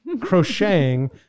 crocheting